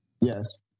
Yes